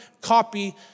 copy